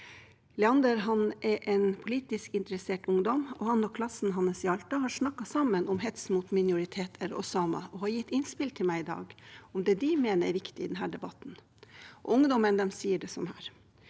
minoriteter og samer teressert ungdom, og han og klassen hans i Alta har snakket sammen om hets mot minoriteter og samer og har gitt innspill til meg i dag om det de mener er viktig i denne debatten. Ungdommen sier det sånn: